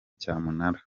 cyamunara